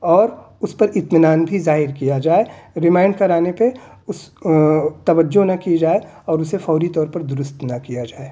اور اس پر اطمینان بھی ظاہر کیا جائے ریمائنڈ کرانے پہ اس توجہ نہ کی جائے اور فوری طور پر درست نہ کیا جائے